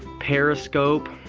periscope,